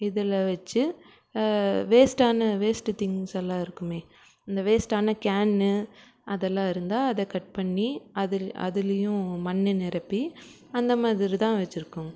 இதில் வைச்சு வேஸ்ட்டான வேஸ்ட்டு திங்க்ஸெல்லாம் இருக்குமே இந்த வேஸ்ட்டான கேனு அதெல்லாம் இருந்தால் அதை கட் பண்ணி அது அதுலேயும் மண் நிரப்பி அந்த மாதிரி தான் வச்சுருக்கோம்